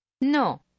No